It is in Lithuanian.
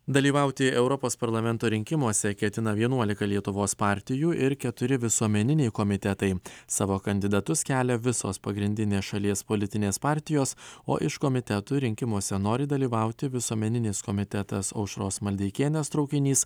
dalyvauti europos parlamento rinkimuose ketina vienuolika lietuvos partijų ir keturi visuomeniniai komitetai savo kandidatus kelia visos pagrindinės šalies politinės partijos o iš komitetų rinkimuose nori dalyvauti visuomeninis komitetas aušros maldeikienės traukinys